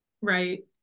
Right